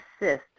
assist